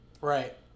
Right